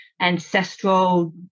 ancestral